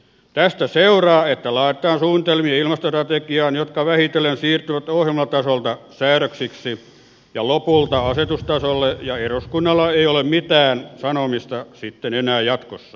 tästä seuraa että laaditaan ilmastostrategiaan suunnitelmia jotka vähitellen siirtyvät ohjelmatasolta säädöksiksi ja lopulta asetustasolle ja eduskunnalla ei ole mitään sanomista sitten enää jatkossa